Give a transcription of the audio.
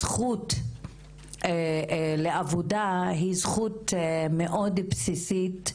הזכות לעבודה היא זכות מאוד בסיסית,